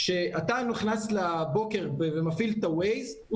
כשאתה נכנס בבוקר ומפעיל את הווייז הוא